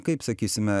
kaip sakysime